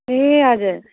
ए हजुर